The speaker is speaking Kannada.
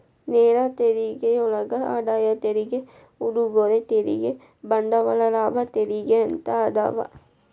ನೇರ ತೆರಿಗೆಯೊಳಗ ಆದಾಯ ತೆರಿಗೆ ಉಡುಗೊರೆ ತೆರಿಗೆ ಬಂಡವಾಳ ಲಾಭ ತೆರಿಗೆ ಅಂತ ಅದಾವ